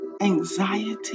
anxiety